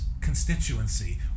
constituency